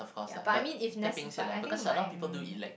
but I mean if nec~ but I think my